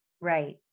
Right